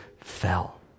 fell